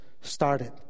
started